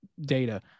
data